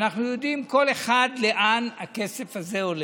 אנחנו יודעים, כל אחד, לאן הכסף הזה הולך.